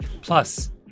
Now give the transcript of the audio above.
Plus